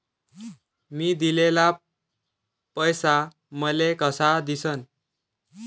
मी दिलेला पैसा मले कसा दिसन?